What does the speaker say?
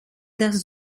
das